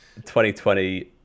2020